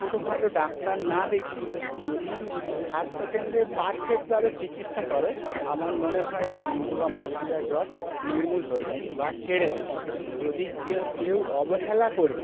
ছোটোখাটো ডাক্তার না দেখিয়ে যদি স্বাস্থ্যকেন্দ্রে পারফেক্টভাবে চিকিৎসা করো আমার মনে হয় ডেঙ্গু ম্যালেরিয়া জ্বর নির্মূল হয়ে যাবে বা সেরে যাবে যদি কেউ কেউ অবহেলা করে